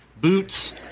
boots